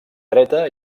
dreta